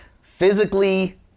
Physically